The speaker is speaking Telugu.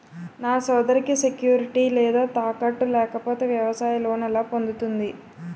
నా సోదరికి సెక్యూరిటీ లేదా తాకట్టు లేకపోతే వ్యవసాయ లోన్ ఎలా పొందుతుంది?